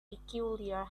peculiar